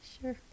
Sure